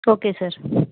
okay sir